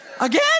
again